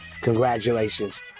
Congratulations